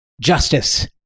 justice